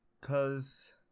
Cause